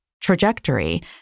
trajectory